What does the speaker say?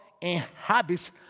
inhabits